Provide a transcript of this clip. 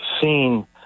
seen